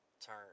turn